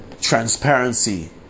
transparency